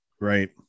right